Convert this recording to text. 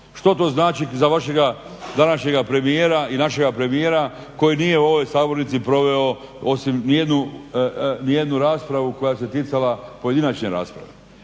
Što to znači za vašega današnjeg premijera i našega premijera koji nije u ovom sabornici proveo nijednu raspravu koja se ticala pojedinačne rasprave